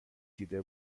دیده